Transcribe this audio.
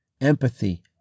empathy